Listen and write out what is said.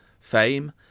fame